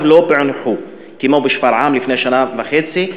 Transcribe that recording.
לא פוענחו כמו בשפרעם לפני שנה וחצי,